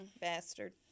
Bastard